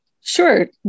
Sure